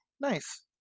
Nice